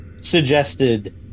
suggested